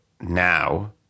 now